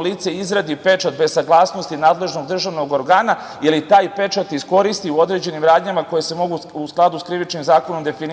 lice izradi pečat bez saglasnosti nadležnog državnog organa ili taj pečat iskoristi u određenim radnjama koje se mogu u skladu sa krivičnim zakonom definisati